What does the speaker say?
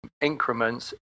increments